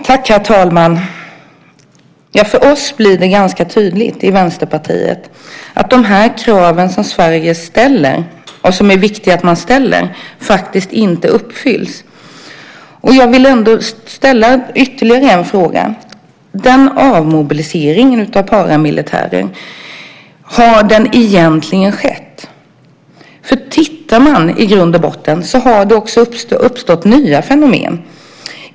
Herr talman! För oss i Vänsterpartiet blir det ganska tydligt att de krav som Sverige ställer och som är viktiga att man ställer faktiskt inte uppfylls. Jag vill ställa ytterligare en fråga. Har en avmobilisering av paramilitären egentligen skett? I grund och botten har det också uppstått nya fenomen.